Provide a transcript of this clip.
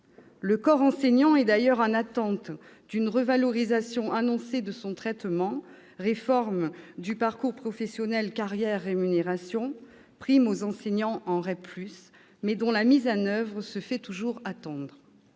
Le corps enseignant est d'ailleurs en attente d'une revalorisation de son traitement annoncée- réforme Parcours professionnels, carrières et rémunérations et prime aux enseignants en REP+ -, mais dont la mise en oeuvre se fait toujours attendre.